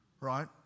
right